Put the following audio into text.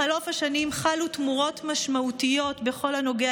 בחלוף השנים חלו תמורות משמעותיות בכל הנוגע